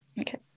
Okay